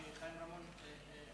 שחיים רמון הזכיר,